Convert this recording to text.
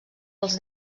els